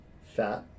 fat